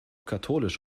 katholisch